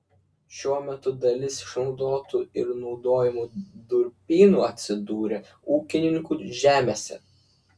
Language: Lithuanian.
šiuo metu dalis išnaudotų ir naudojamų durpynų atsidūrė ūkininkų žemėse